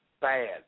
bad